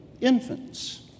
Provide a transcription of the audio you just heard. infants